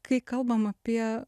kai kalbam apie